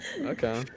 Okay